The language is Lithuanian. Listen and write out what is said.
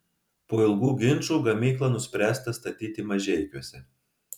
po ilgų ginčų gamyklą nuspręsta statyti mažeikiuose